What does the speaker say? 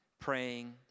praying